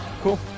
cool